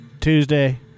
Tuesday